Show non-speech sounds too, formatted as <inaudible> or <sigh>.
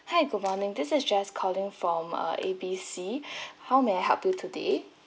hi good morning this is jess calling from uh A B C <breath> how may I help you today